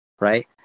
right